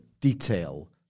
detail